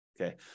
okay